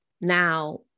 now